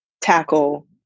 tackle